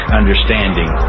understanding